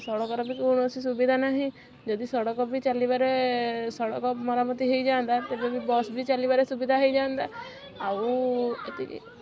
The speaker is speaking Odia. ସଡକର ବି କୌଣସି ସୁବିଧା ନାହିଁ ଯଦି ସଡ଼କ ବି ଚାଲିବାରେ ସଡ଼କ ମରାମତି ହେଇଯାଆନ୍ତା ତେବେ ବି ବସ ବି ଚାଲିବାରେ ସୁବିଧା ହେଇଯାନ୍ତା ଆଉ ଏତିକି